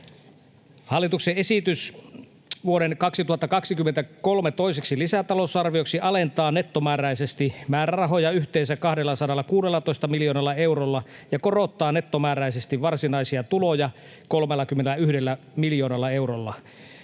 Hallituksen esitys vuoden 2023 toiseksi lisätalousarvioksi alentaa nettomääräisesti määrärahoja yhteensä 216 miljoonalla eurolla ja korottaa nettomääräisesti varsinaisia tuloja 31 miljoonalla eurolla.